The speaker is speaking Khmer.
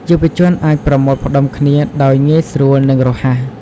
យុវជនអាចប្រមូលផ្ដុំគ្នាដោយងាយស្រួលនិងរហ័ស។